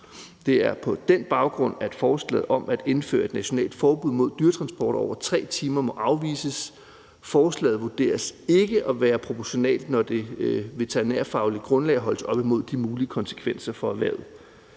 Det er på den baggrund, at forslaget om at indføre et nationalt forbud mod dyretransporter på over 3 timer må afvises. Forslaget vurderes ikke at være proportionalt, når det veterinærfaglige grundlag holdes op imod de mulige konsekvenser for erhvervet.